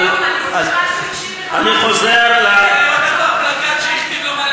אני חוזר, הייתה חסרה מילת הסיום.